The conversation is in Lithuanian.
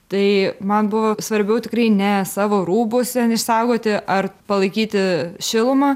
tai man buvo svarbiau tikrai ne savo rūbus ten išsaugoti ar palaikyti šilumą